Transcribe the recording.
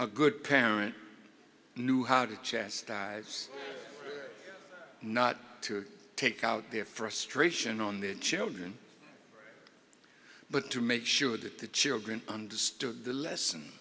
a good parent knew how to chastise not to take out their frustration on the children but to make sure that the children understood the lesson